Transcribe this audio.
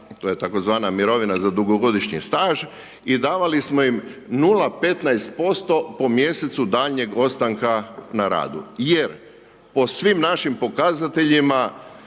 to je tzv. mirovina za dugogodišnji staž i davali smo im 0,15% po mjesecu daljnjeg ostanka na radu, jer po svim našim pokazateljima